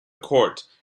court